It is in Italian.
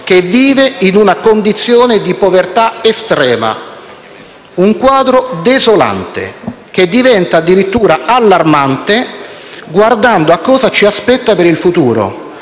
che vivono in una condizione di povertà estrema. Un quadro desolante, che diventa addirittura allarmante guardando a cosa ci aspetta per il futuro